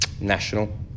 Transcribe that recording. national